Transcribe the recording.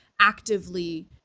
actively